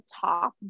top